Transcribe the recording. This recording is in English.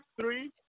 three